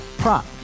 Prop